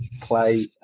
play